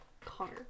Connor